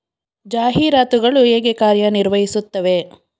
ಜಾಹೀರಾತುಗಳು ಹೇಗೆ ಕಾರ್ಯ ನಿರ್ವಹಿಸುತ್ತವೆ?